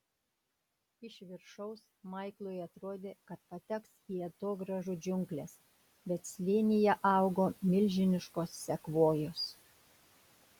iš viršaus maiklui atrodė kad pateks į atogrąžų džiungles bet slėnyje augo milžiniškos sekvojos